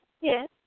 yes